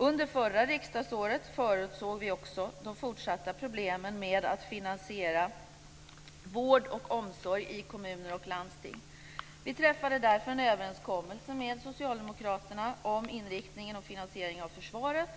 Under förra riksdagsåret förutsåg vi också de fortsatta problemen med att finansiera vård och omsorg i kommuner och landsting. Vi träffade därför en överenskommelse med Socialdemokraterna om inriktningen och finansieringen av försvaret.